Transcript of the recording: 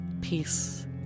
peace